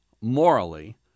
morally